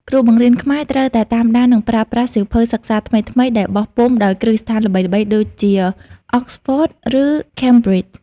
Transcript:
គ្រូបង្រៀនខ្មែរត្រូវតែតាមដាន និងប្រើប្រាស់សៀវភៅសិក្សាថ្មីៗដែលបោះពុម្ពដោយគ្រឹះស្ថានល្បីៗដូចជា Oxford ឬ Cambridge។